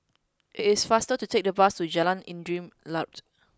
it is faster to take the bus to Jalan Angin Laut